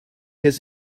his